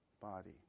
body